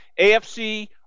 AFC